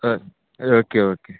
हय okay okay